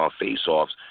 face-offs